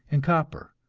and copper,